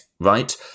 right